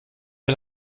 wir